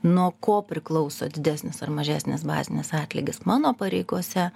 nuo ko priklauso didesnis ar mažesnis bazinis atlygis mano pareigose